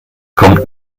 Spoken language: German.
kommt